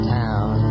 town